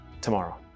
tomorrow